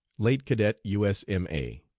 late cadet u s m a.